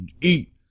eat